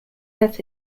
that